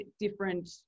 different